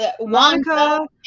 Monica